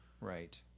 Right